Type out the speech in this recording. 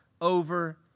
over